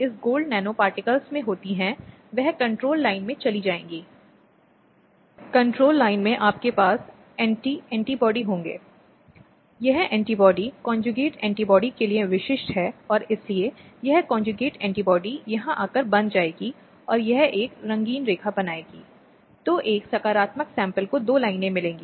इसलिए जैसा कि वह कई बार चाहती है मामला दर्ज करने के बाद भी कई महिलाएं वापस जाना चाहती हैं और एक बार फिर से अपने वैवाहिक संबंधों को जारी रखती हैं